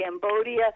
Cambodia